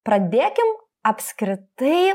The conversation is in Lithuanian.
pradėkim apskritai